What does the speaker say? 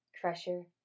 Crusher